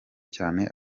cyane